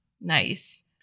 Nice